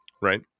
right